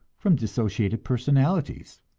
from dissociated personalities.